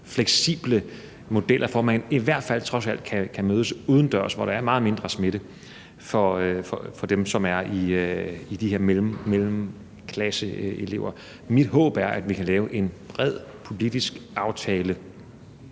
fleksible modeller for, at man i hvert fald trods alt kan mødes udendørs, hvor der er meget mindre smitte. Det gælder for de elever, som er i mellemklasserne. Mit håb er, at vi kan lave en bred politisk aftale